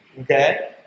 Okay